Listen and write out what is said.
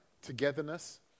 togetherness